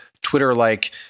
Twitter-like